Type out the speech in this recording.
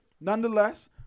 Nonetheless